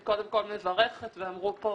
אני קודם כול מברכת, ואמרו פה